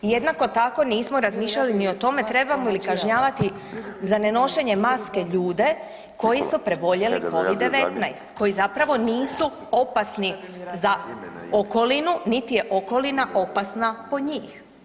Jednako tako nismo razmišljali ni o tome trebamo li kažnjavati za nenošenje maske ljude koji su preboljeli Covid-19 koji zapravo nisu opasni za okolinu, niti je okolina opasna po njih.